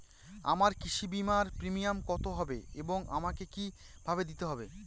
আমার কৃষি বিমার প্রিমিয়াম কত হবে এবং আমাকে কি ভাবে দিতে হবে?